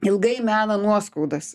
ilgai mena nuoskaudas